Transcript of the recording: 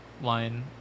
line